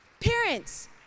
Parents